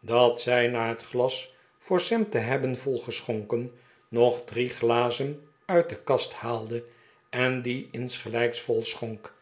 dat zij na het glas voor sam te hebben volgeschonken nog drie glazen uit de kast haalde en die insgelijks vol schonk